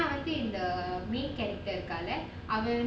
I think the main character cutlet event